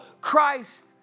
Christ